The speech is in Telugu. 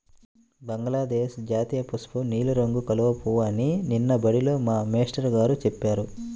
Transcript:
బంగ్లాదేశ్ జాతీయపుష్పం నీలం రంగు కలువ పువ్వు అని నిన్న బడిలో మా మేష్టారు గారు చెప్పారు